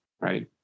right